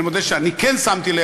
אני מודה שאני כן שמתי לב,